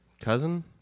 Cousin